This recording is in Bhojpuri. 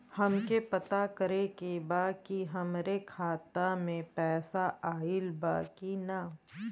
हमके पता करे के बा कि हमरे खाता में पैसा ऑइल बा कि ना?